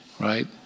right